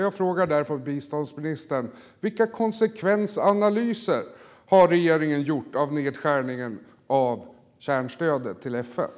Jag frågar därför biståndsministern: Vilka konsekvensanalyser har regeringen gjort av nedskärningen av kärnstödet till FN?